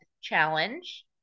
challenge